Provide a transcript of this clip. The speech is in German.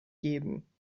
geben